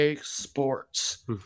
Sports